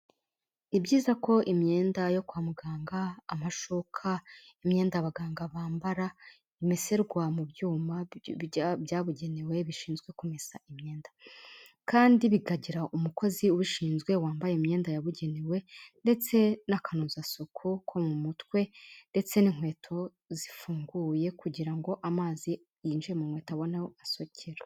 Ni byizako imyenda yo kwa muganga, amashuka, imyenda abaganga bambara imeserwa mu byuma byabugenewe bishinzwe kumesa imyenda. Kandi bikagira umukozi ubishinzwe wambaye imyenda yabugenewe ndetse n'akanozasuku ko mu mutwe ndetse n'inkweto zifunguye kugira ngo amazi yinjiye mu nkweto abone aho asohokera.